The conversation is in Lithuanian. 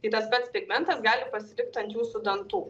tas pats pigmentas gali pasilikt ant jūsų dantų